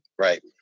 Right